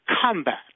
combat